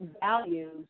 values